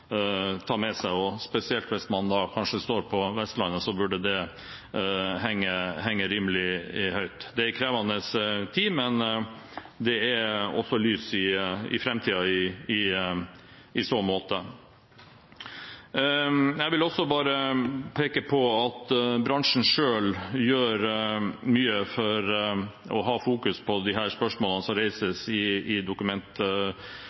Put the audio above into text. ta med seg, og kanskje spesielt hvis man er på Vestlandet, burde det henge rimelig høyt. Det er en krevende tid, men det er også lys i sikte i så måte. Jeg vil også bare peke på at bransjen selv gjør mye for å ha fokus på de spørsmålene som